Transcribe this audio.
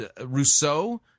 Rousseau